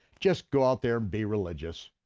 just go out there, be religious.